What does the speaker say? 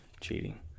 Cheating